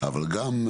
אבל גם,